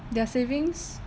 their savings